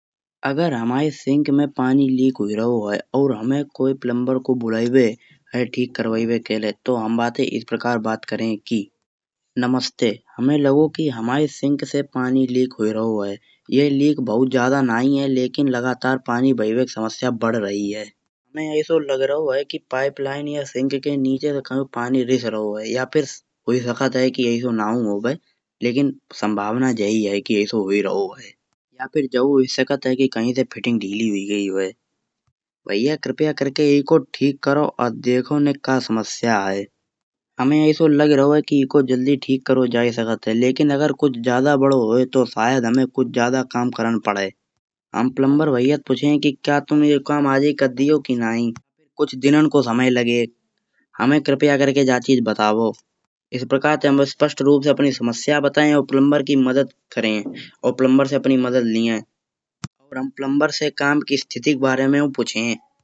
अगर हमाए सिंक में पानी लीक हुई रहो है। और हमे कोई प्लम्बर को बुलाएबे है कि करवाएबे के लिये तो हम इस प्रकार बात करा हे की। नमस्ते हमाए सिंक से पानी लीक हुई रहो है यह लीक जादा नई है। लेकिन लगातार पानी बहबे की समस्या बढ़ रही है। हमे ऐसो लग रहो है कि पाइपलाइन या सिंक के नीचे से कहीं पानी रिस रहो है। या फिर हुई सकत है कि ऐसो नई होयवे लेकिन संभावना योई है कि ऐसो हुई रहो है। या फिर यहाँ हुई सकत है कि कहीं से फिटिंग ढीली हुई गई होय। भइया कृपया करके इको ठीक करो या देखो इमे क्या समस्या है। हमे ऐसो लग रहो है कि इको जल्दी ठीक करो जाय सकत है। लेकिन अगर कुछ जदाई बढ़ो होय तो शायद हमे कुछ जादा काम करन पड़े। हम प्लम्बर भइया पूछियाय कि तुम यो काम आजाइ कर दियो। कि नाई कुछ दिनान को समय लगे हमे कृपया करके या चीज बताओ। इस प्रकार से स्पष्ट रूप से अपनी समस्या बताहे और प्लम्बर की मदद करिए और प्लम्बर से अपनी मदद लियहे। प्लम्बर से अपने काम की स्थिति के बारे में पूछ्ये।